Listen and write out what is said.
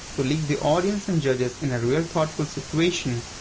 to leave the audience and judges in a real thoughtful situation.